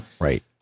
right